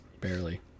Barely